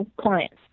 clients